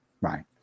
Right